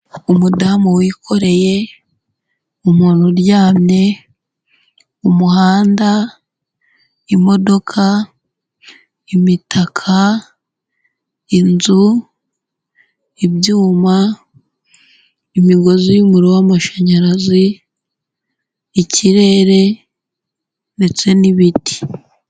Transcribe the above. Umudamu wikoreye, umuntu uryamye, umuhanda, imodoka, imitaka, inzu, ibyuma, imigozi y'umuriro w'amashanyarazi, ikirere ndetse n'ibiti.